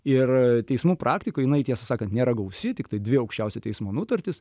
ir a teismų praktikoj jinai tiesą sakant nėra gausi tiktai dvi aukščiausio teismo nutartis